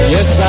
Yes